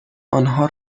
آنها